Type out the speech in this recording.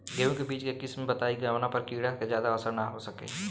गेहूं के बीज के किस्म बताई जवना पर कीड़ा के ज्यादा असर न हो सके?